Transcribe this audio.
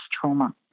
trauma